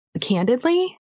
candidly